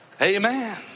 Amen